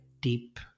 deep